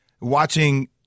watching